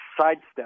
sidestep